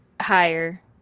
higher